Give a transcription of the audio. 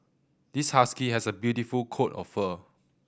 this husky has a beautiful coat of fur